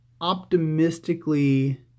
optimistically